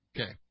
Okay